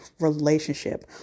relationship